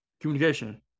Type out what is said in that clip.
communication